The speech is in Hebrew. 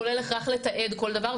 כולל הכרח לתעד כל דבר,